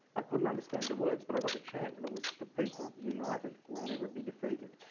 i couldn't understand the words, but i got the chant. and it was the people united will never be defeated.